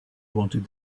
want